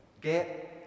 get